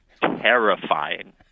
terrifying